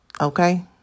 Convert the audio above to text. Okay